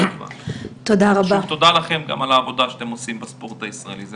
תודה לכם על העבודה שאתם עושים בספורט הישראלי.